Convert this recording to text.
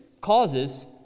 causes